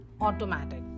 automatic